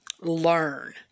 learn